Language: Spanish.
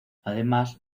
además